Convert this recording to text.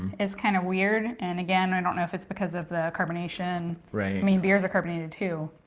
it's kind of weird and again i don't know if it's because of the carbonation. i mean beers are carbonated too,